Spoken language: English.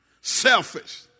Selfish